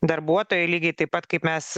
darbuotojai lygiai taip pat kaip mes